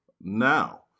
now